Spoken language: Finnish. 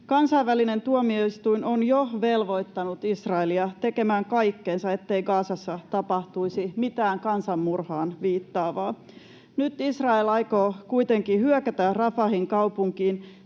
Kansainvälinen tuomioistuin on jo velvoittanut Israelia tekemään kaikkensa, ettei Gazassa tapahtuisi mitään kansanmurhaan viittaavaa. Nyt Israel aikoo kuitenkin hyökätä Rafahin kaupunkiin,